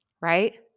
Right